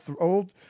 old